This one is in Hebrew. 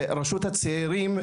רשות הצעירים,